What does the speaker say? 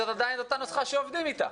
זו עדיין נוסחה שעובדים איתה.